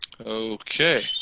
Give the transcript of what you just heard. okay